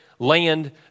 Land